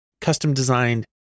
custom-designed